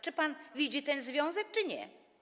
Czy pan widzi ten związek, czy nie?